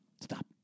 stop